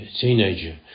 teenager